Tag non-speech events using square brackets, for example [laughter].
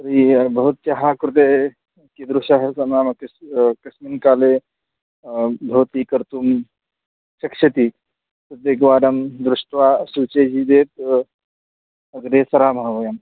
तर्हि भवत्याः कृते कीदृशः [unintelligible] कस् कस्मिन्काले भवति कर्तुं शक्नोति तदेकवारं दृष्ट्वा सूचयति चेत् अग्रे सरामः वयम्